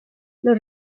los